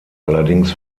allerdings